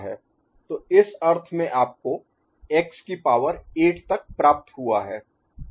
तो इस अर्थ में आपको x की पावर 8 तक प्राप्त हुआ है